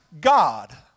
God